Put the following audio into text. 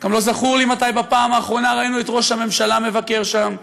גם לא זכור לי מתי בפעם האחרונה ראינו את ראש הממשלה מבקר שם,